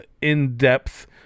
in-depth